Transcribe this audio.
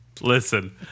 Listen